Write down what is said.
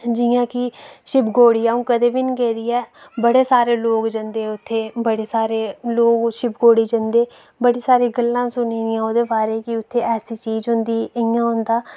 जि'यां कि शिवखोड़ी अ'ऊं कदें बी निं गेदी ऐ बड़े सारे लोग जंदे उत्थै बड़े सारे लोग शिवखोड़ी जंदे बड़ी सारी गल्लां सुनी दियां ओह्दे बारै कि उत्थै ऐसी चीज होंदी इ'यां होंदा